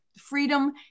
freedom